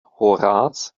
horaz